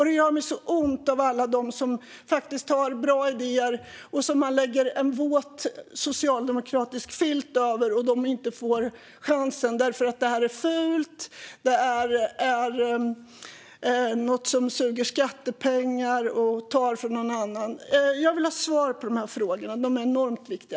Det gör mig så ont om alla dem som faktiskt har bra idéer och som man lägger en våt socialdemokratisk filt över. De får inte chansen därför att det här är fult och något som suger skattepengar och tar från någon annan. Jag vill ha svar på de här frågorna. De är enormt viktiga.